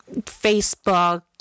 Facebook